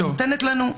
היא נותנת לנו סמכות.